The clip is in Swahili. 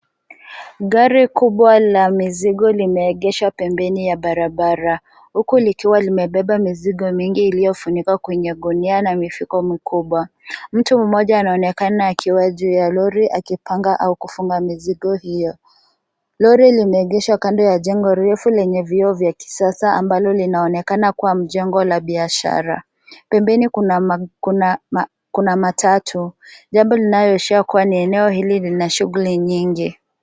Gari kubwa la mizigo limeegeshwa pembeni ya barabara huku likiwa limebeba mizigo mingi iliyofunikwa kwenye gunia na mifuko mikubwa. Mtu mmoja anaonekana akiwa juu ya lori akipanga au kufunga mizigo hiyo. Lori limeegeshwa kando ya jengo refu lenye vioo vya kisasa ambalo linaonekana kuwa ni jengo la biashara. Pembeni kuna matatu, jambo linaloashiria kuwa eneo hili lina shughuli nyingi.